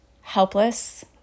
helpless